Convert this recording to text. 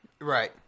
right